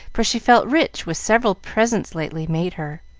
for she felt rich with several presents lately made her.